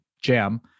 jam